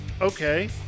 okay